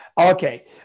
Okay